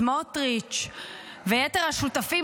סמוטריץ ויתר השותפים